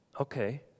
Okay